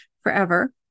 forever